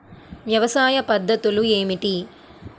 వ్యవసాయ పద్ధతులు ఏమిటి?